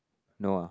no ah